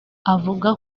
avuga